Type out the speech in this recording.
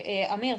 אמיר,